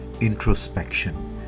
introspection